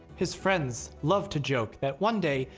his friends loved to joke that one day,